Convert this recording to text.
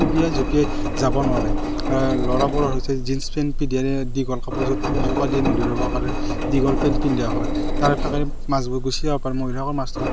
কুবিয়াই জপিয়াই যাব নোৱাৰে ল'ৰাবোৰ হৈছে জীন্ছ পেণ্ট পিন্ধে দীঘল কাপোৰত জোক আদি নধৰিব পাৰে দীঘল পেণ্ট পিন্ধা হয় তাৰ ফাকে মাছবোৰ গুচি যাব পাৰে মহিলাসাকৰ মাছ ধৰাত